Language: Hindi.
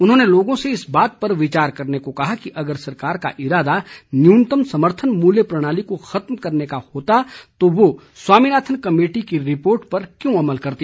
उन्होंने लोगों से इस बात पर विचार करने को कहा कि अगर सरकार का इरादा न्यूनतम समर्थन मूल्य प्रणाली को खत्म करने का ही होता तो वह स्वामीनाथन कमेटी की रिपोर्ट पर क्यों अमल करती